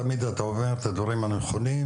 תמיד אתה אומר את הדברים הנכונים,